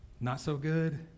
not-so-good